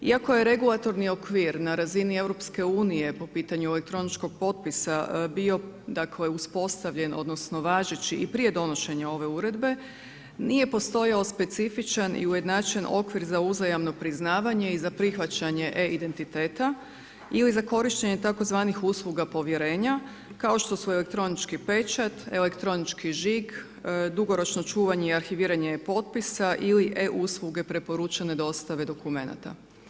Iako je regulatorni okvir na razini EU-a po pitanju elektroničkog potpisa bio dakle uspostavljen, odnosno važeći i prije donošenja ove uredbe, nije postojao specifičan i ujednačen okvir za uzajamno priznavanje i za prihvaćanje e-identiteta ili za korištenje tzv. usluga povjerenja kao što su elektronički pečat, elektronički žig, dugoročno čuvanje i arhiviranje potpisa ili e-usluge preporučene dostave dokumenata.